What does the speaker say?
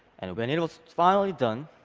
and when it it was finally done,